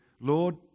Lord